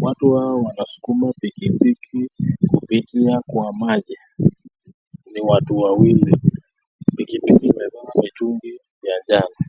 watu hao wanaskuma pikipiki kupitia kwa maji ni watu wawili, pikipiki imebeba mitungi ya maji.